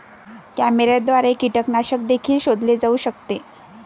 कॅमेऱ्याद्वारे कीटकनाशक देखील शोधले जाऊ शकते